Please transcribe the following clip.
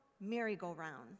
merry-go-round